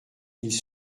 ils